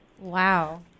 wow